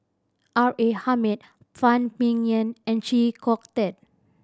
R A Hamid Phan Ming Yen and Chee Kong Tet